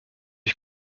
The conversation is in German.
ich